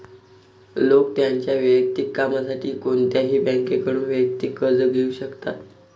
लोक त्यांच्या वैयक्तिक कामासाठी कोणत्याही बँकेकडून वैयक्तिक कर्ज घेऊ शकतात